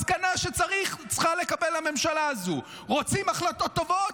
מסקנה שצריכה לקבל הממשלה הזאת: רוצים החלטות טובות,